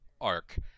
arc